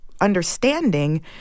understanding